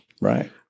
Right